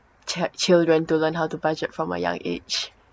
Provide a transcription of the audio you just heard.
chi~ children to learn how to budget from a young age